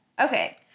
Okay